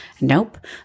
Nope